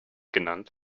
genannt